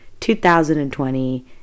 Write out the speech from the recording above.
2020